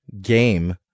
game